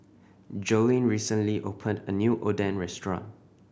Joleen recently opened a new Oden restaurant